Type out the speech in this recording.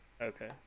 Okay